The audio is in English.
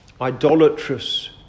idolatrous